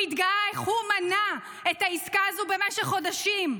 הוא התגאה איך הוא מנע את העסקה הזו במשך חודשים.